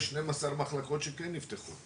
יש דוגמה ל-12 מחלקות שכן נפתחו.